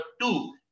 two